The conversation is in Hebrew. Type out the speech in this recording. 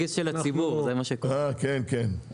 אין להם כלום.